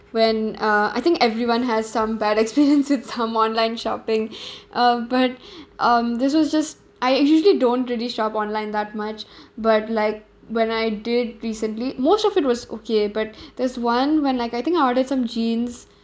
when uh I think everyone has some bad experience with some online shopping uh but um this was just I usually don't really shop online that much but like when I did recently most of it was okay but this one when like I think I ordered some jeans